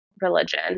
religion